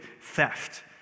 theft